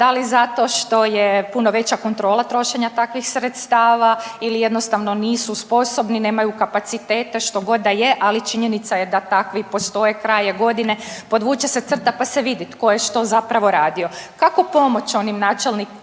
Da li zato što je puno veća kontrola trošenja takvih sredstava ili jednostavno nisu sposobni, nemaju kapacitete što god da je, ali činjenica je da takvi postoje, kraj je godine, podvuče se crta pa se vidi tko je što zapravo radio. Kako pomoći onim načelnicima